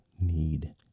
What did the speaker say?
need